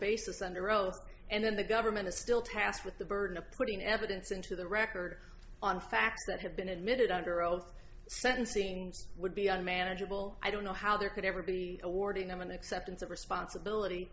basis under oath and then the government is still tasked with the burden of putting evidence into the record on facts that have been admitted under oath sentencing would be unmanageable i don't know how there could ever be awarding them an acceptance of responsibility